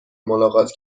ملاقات